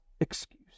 excuse